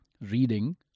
reading